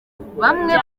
bamwe